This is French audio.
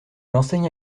enseigne